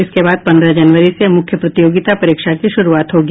इसके बाद पंद्रह जनवरी से मुख्य प्रतियोगिता परीक्षा की शुरूआत होगी